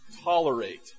tolerate